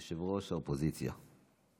יושב-ראש האופוזיציה.